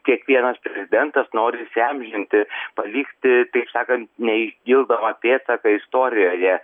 kiekvienas prezidentas nori įsiamžinti palikti taip sakant neišdildomą pėdsaką istorijoje